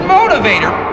Motivator